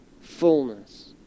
fullness